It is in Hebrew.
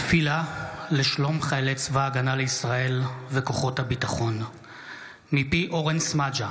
תפילה לשלום חיילי צבא ההגנה לישראל וכוחות הביטחון מפי אורן סמדג'ה,